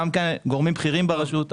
גם גורמים בכירים ברשות,